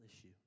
issue